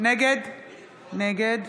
נגד